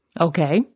Okay